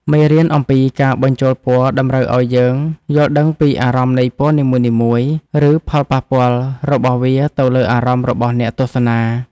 មេរៀនអំពីការបញ្ចូលពណ៌តម្រូវឱ្យយើងយល់ដឹងពីអារម្មណ៍នៃពណ៌នីមួយៗ ឬ ផលប៉ះពាល់របស់វាទៅលើអារម្មណ៍របស់អ្នកទស្សនា។